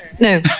No